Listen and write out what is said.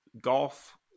golf